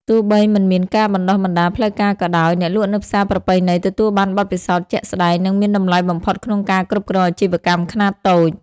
ទោះបីមិនមានការបណ្តុះបណ្តាលផ្លូវការក៏ដោយ អ្នកលក់នៅផ្សារប្រពៃណីទទួលបានបទពិសោធន៍ជាក់ស្តែង និងមានតម្លៃបំផុតក្នុងការគ្រប់គ្រងអាជីវកម្មខ្នាតតូច។